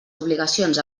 obligacions